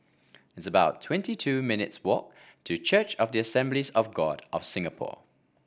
it's about twenty two minutes' walk to Church of the Assemblies of God of Singapore